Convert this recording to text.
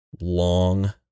long